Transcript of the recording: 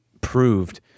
proved